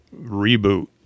reboot